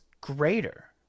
greater